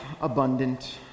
abundant